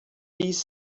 these